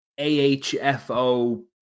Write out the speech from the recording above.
AHFO